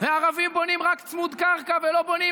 וערבים בונים רק צמוד קרקע ולא בונים